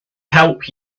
help